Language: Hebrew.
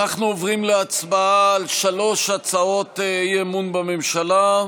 אנחנו עוברים להצבעה על שלוש הצעות אי-אמון בממשלה.